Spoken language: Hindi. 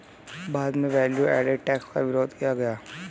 भारत में वैल्यू एडेड टैक्स का विरोध किया गया